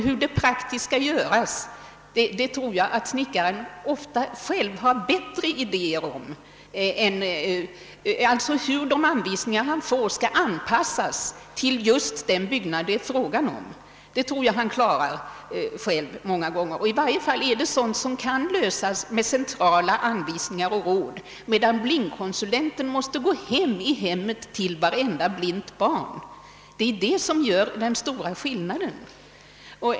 Hur de anvisningar snickaren får skall praktiskt anpassas till den byggnad det är fråga om, tror jag han klarar själv många gånger. I varje fall gäller det problem som kan lösas med centrala anvisningar och råd, medan blindkonsulenterna måste gå hem till varje blint barn. Det är detta som gör den stora skillnaden.